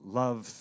love